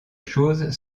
choses